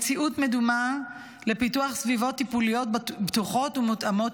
מציאות מדומה לפיתוח סביבות טיפוליות בטוחות ומותאמות